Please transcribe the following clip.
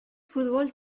futbol